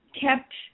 kept